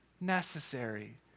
necessary